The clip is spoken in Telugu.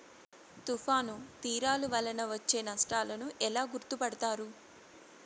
తుఫాను తీరాలు వలన వచ్చే నష్టాలను ఎలా గుర్తుపడతారు?